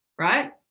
Right